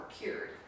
cured